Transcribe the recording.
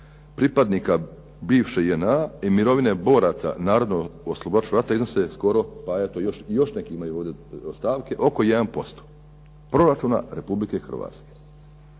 pripadnika bivše JNA i mirovine boraca Narodnooslobodilačkog rata iznose skoro pa eto još neke imaju stavke, oko 1% proračuna RH.